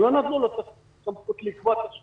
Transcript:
ולא נתנו לו את הסמכות לקבוע תשלום.